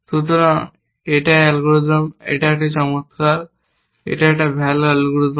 সুতরাং এই অ্যালগরিদম এটা চমৎকার এটা একটি ভাল অ্যালগরিদম